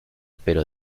pero